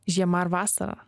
žiema ar vasara